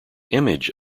image